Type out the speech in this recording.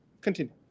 Continue